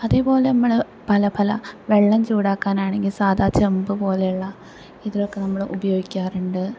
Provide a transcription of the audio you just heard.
അതേപോലെ നമ്മൾ പല പല വെള്ളം ചൂടാക്കാനാണെങ്കിൽ സാദാ ചെമ്പ് പോലെ ഉള്ള ഇതിലൊക്കെ നമ്മള് ഉപയോഗിക്കാറുണ്ട്